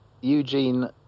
Eugene